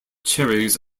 cherries